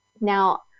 Now